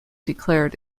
declared